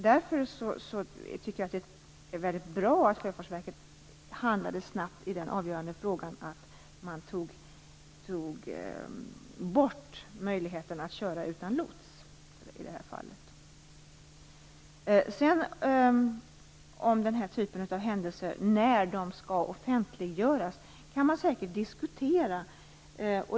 Därför var det väldigt bra att Sjöfartsverket handlade snabbt i den avgörande frågan, så att möjligheten att köra utan lots i det här fallet togs bort. Vi kan säkert diskutera frågan när den här typen av händelser skall offentliggöras.